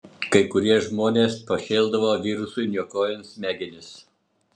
kai kurie žmonės pašėldavo virusui niokojant smegenis